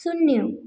शून्य